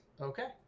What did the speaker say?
Okay